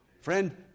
Friend